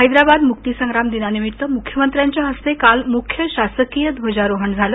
हैदराबाद मुक्ती संग्राम दिनानिमित्त मुख्यमंत्र्यांच्या हस्ते काल मुख्य शासकीय ध्वजारोहण झालं